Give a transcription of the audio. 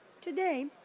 Today